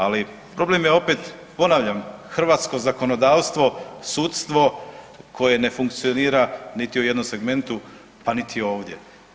Ali problem je opet ponavljam hrvatsko zakonodavstvo, sudstvo koje ne funkcionira niti u jednom segmentu, pa niti ovdje.